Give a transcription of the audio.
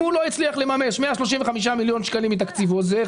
אם הוא לא הצליח לממש 135 מיליון שקלים מתקציבו זאת